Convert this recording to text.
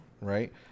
right